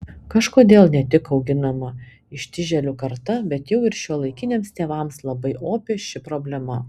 kažkodėl ne tik auginama ištižėlių karta bet jau ir šiuolaikiniams tėvams labai opi ši problema